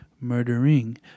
murdering